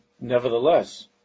nevertheless